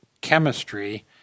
chemistry